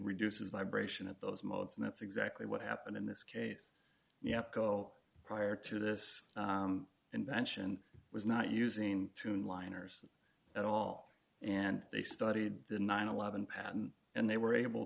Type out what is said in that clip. reduces vibration at those modes and that's exactly what happened in this case yep though prior to this invention was not using tune liners at all and they studied the nine eleven pattern and they were able